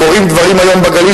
קורים היום בגליל